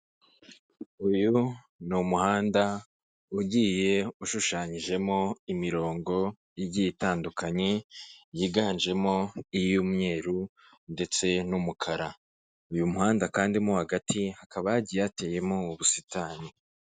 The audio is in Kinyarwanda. Uyu ni umuhanda ugiye ushushanyijemo imirongo igiye itandukanye, yiganjemo iy'umweru ndetse n'umukara. Uyu muhanda kandi mo hagati hakaba hagiye hateyemo ubusitani.